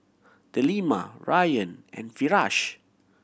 Delima Rayyan and Firash